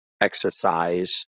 exercise